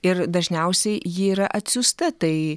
ir dažniausiai ji yra atsiųsta tai